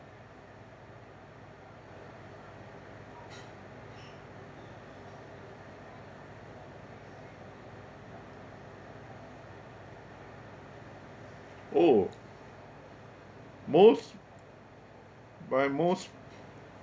oh most my most